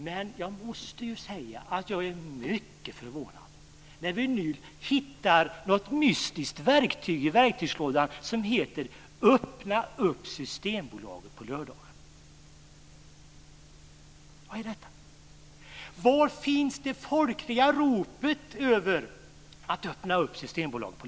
Men jag måste säga att jag är mycket förvånad, när vi nu hittar ett mystiskt verktyg i verktygslådan som heter Öppna Systembolaget på lördagarna. Vad är detta?